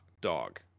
dog